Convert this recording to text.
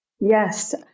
Yes